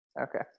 Okay